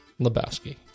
Lebowski